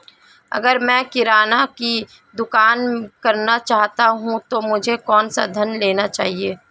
अगर मैं किराना की दुकान करना चाहता हूं तो मुझे कौनसा ऋण लेना चाहिए?